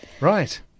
Right